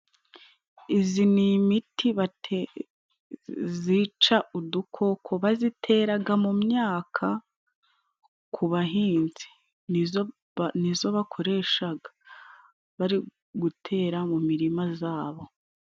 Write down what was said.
izi ni imiti zica udukoko. Baziteraga mu myaka. Ku bahinzi nizo bakoreshaga bari gutera mu mirima zabo.